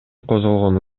козголгон